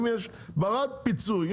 אם יש ברד פיצוי,